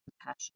compassion